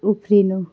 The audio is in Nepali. उफ्रिनु